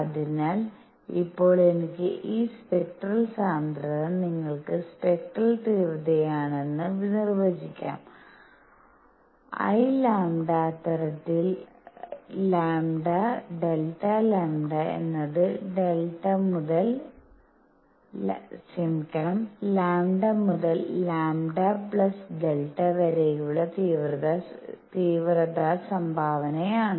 അതിനാൽ ഇപ്പോൾ എനിക്ക് ഈ സ്പെക്ട്രൽ സാന്ദ്രത നിങ്ങൾക്ക് സ്പെക്ട്രൽ തീവ്രതയാണെന്ന് നിർവചിക്കാംIλ അത്തരത്തിൽ λ Δλ എന്നത് λ മുതൽ λ Δ λ വരെയുള്ള തീവ്രത സംഭാവനയാണ്